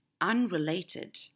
unrelated